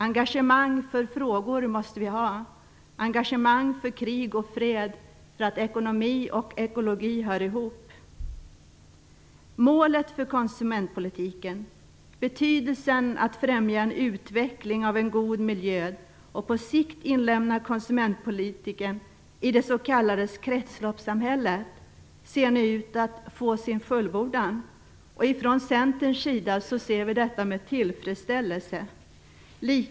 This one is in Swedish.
Engagemang för frågor måste vi ha - engagemang för krig och fred och för att ekonomi och ekologi hör ihop. Målet för konsumentpolitiken - att främja utvecklingen av en god miljö och på sikt inlemma konsumentpolitiken i det s.k. kretsloppssamhället - ser nu ut att få sin fullbordan. Från Centerns sida ser vi detta med tillfredsställelse.